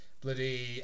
Bloody